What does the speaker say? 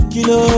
Kilo